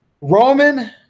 Roman